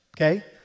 okay